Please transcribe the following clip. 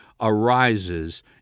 arises